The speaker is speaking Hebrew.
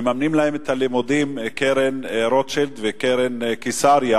מממנות להן את הלימודים קרן רוטשילד וקרן קיסריה,